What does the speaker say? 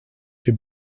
für